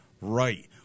Right